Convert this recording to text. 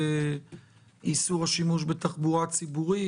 איסור השימוש בתחבורה ציבורית?